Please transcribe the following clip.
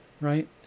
right